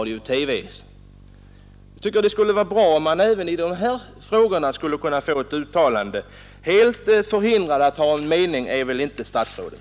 Det skulle vara bra om vi även i denna fråga kunde få ett uttalande. Helt förhindrad att ha en mening är väl inte statsrådet.